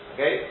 Okay